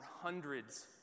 hundreds